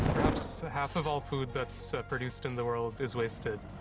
perhaps half of all food that's produced in the world is wasted.